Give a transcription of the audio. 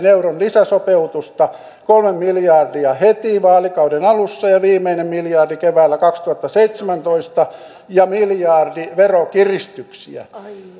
euron lisäsopeutusta kolme miljardia heti vaalikauden alussa ja viimeinen miljardi keväällä kaksituhattaseitsemäntoista ja miljardi verokiristyksiä